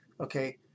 Okay